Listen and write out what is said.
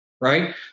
right